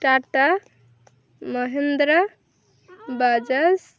tata Mahindra Bajaj